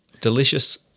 Delicious